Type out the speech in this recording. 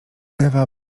ewa